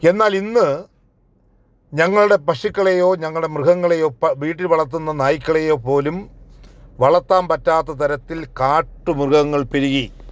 എന്നാൽ ഇന്ന് ഞങ്ങളുടെ പശുക്കളെയോ ഞങ്ങളുടെ മൃഗങ്ങളെയോ വീട്ടിൽ വളർത്തുന്ന നായ്ക്കളെയോ പോലും വളർത്താൻ പറ്റാത്ത തരത്തിൽ കാട്ട് മൃഗങ്ങൾ പെരുകി